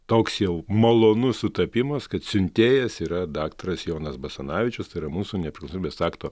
toks jau malonus sutapimas kad siuntėjas yra daktaras jonas basanavičius tai yra mūsų nepriklausomybės akto